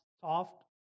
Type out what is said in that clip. soft